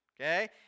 Okay